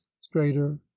straighter